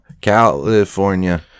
California